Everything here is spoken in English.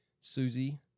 Susie